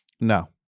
No